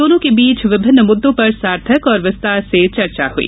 दोनों के बीच विभिन्न मुद्दों पर सार्थक और विस्तार से चर्चा हुई